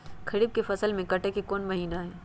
खरीफ के फसल के कटे के कोंन महिना हई?